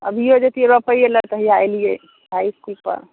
अभियो जैतियै रोपय लऽ तऽ हैयाँ एलियै चाय पीकऽ